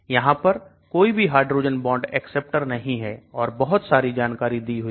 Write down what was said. यहां पर कोई भी हाइड्रोजन बॉन्डएक्सेप्टर नहीं है और बहुत सारी जानकारी दी हुई है